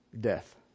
death